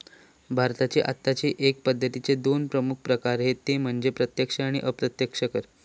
भारताची आत्ताची कर पद्दतीचे दोन प्रमुख प्रकार हत ते म्हणजे प्रत्यक्ष कर आणि अप्रत्यक्ष कर